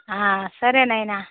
సరే నాయినా